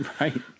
Right